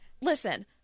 listen